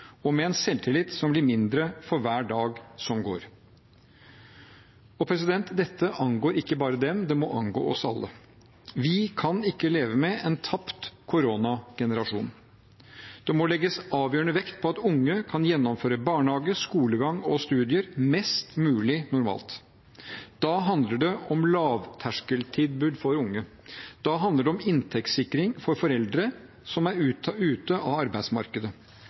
og med en selvtillit som blir mindre for hver dag som går. Dette angår ikke bare dem, det må angå oss alle. Vi kan ikke leve med en tapt koronagenerasjon. Det må legges avgjørende vekt på at unge kan gjennomføre barnehage, skolegang og studier mest mulig normalt. Da handler det om lavterskeltilbud for unge. Da handler det om inntektssikring for foreldre som er ute av arbeidsmarkedet,